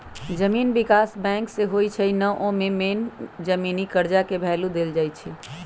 जमीन विकास बैंक जे होई छई न ओमे मेन जमीनी कर्जा के भैलु देल जाई छई